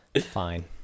fine